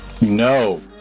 No